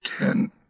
Ten